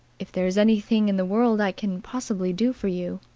if there is anything in the world i can possibly do for you,